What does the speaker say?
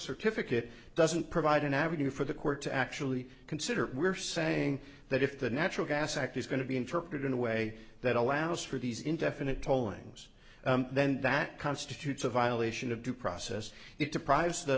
certificate doesn't provide an avenue for the court to actually consider we're saying that if the natural gas act is going to be interpreted in a way that allows for these indefinite tolling us then that constitutes a violation of due process it deprives the